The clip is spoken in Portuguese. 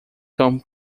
cão